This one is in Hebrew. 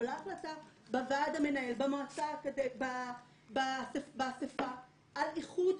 התקבלה החלטה בוועד המנהל, באסיפה על איחוד.